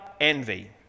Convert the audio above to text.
envy